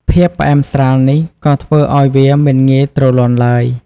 ភាពផ្អែមស្រាលនេះក៏ធ្វើឲ្យវាមិនងាយទ្រលាន់ឡើយ។